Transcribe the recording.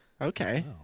Okay